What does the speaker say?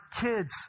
kids